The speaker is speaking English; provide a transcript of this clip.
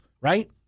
right